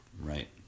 right